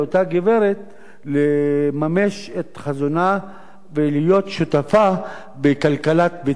גברת לממש את חזונה ולהיות שותפה בכלכלת ביתה.